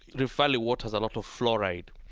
the valley water has a lot of fluoride,